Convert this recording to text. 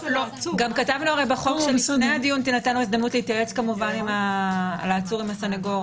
כתבנו בחוק שלפני הדיון תינתן אפשרות להתייעץ לעצור עם הסנגור,